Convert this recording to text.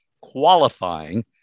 qualifying